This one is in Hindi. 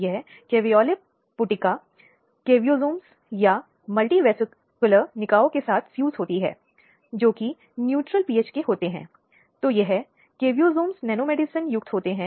भारत में जब इन अपराधों की बात आती है तो एक सामाजिक बहिष्कार होता है